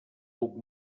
puc